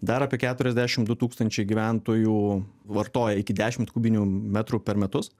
dar apie keturiasdešim du tūkstančiai gyventojų vartoja iki dešimt kubinių metrų per metus